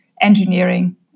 Engineering